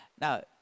Now